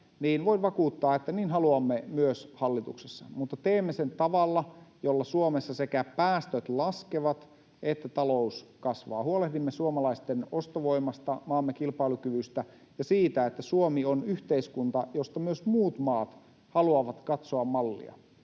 niin voin vakuuttaa, että niin haluamme myös hallituksessa, mutta teemme sen tavalla, jolla Suomessa sekä päästöt laskevat että talous kasvaa. Huolehdimme suomalaisten ostovoimasta, maamme kilpailukyvystä ja siitä, että Suomi on yhteiskunta, josta myös muut maat haluavat katsoa mallia,